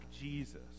Jesus